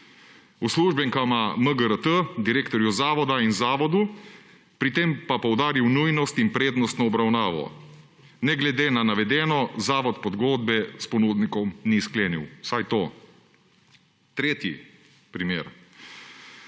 uslužbenkama MGRT, direktorju Zavoda in Zavodu, pri tem pa poudaril nujnost in prednostno obravnavo. Ne glede na navedeno Zavod pogodbe s ponudnikom ni sklenil. Vsaj to. Tretji primer,